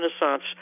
Renaissance